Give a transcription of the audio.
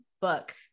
book